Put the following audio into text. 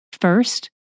First